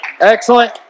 Excellent